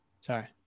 Sorry